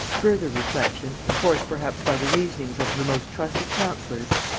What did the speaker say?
further reflection, enforced perhaps by the reasonings of her most trusted counsellors,